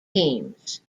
teams